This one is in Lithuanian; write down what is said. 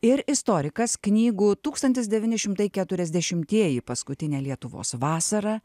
ir istorikas knygų tūkstantis devyni šimtai keturiasdešimtieji paskutinė lietuvos vasara